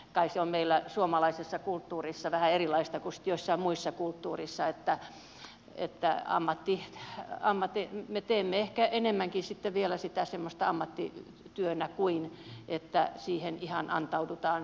kai se on meillä suomalaisessa kulttuurissa vähän erilaista kuin joissain muissa kulttuureissa että me teemme ehkä enemmänkin sitten vielä sitä semmoisena ammattityönä kuin niin että siihen ihan antaudutaan sydämeltään